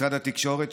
משרד התקשורת,